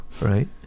right